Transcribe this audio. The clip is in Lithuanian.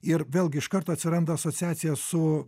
ir vėlgi iš karto atsiranda asociacija su